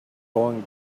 going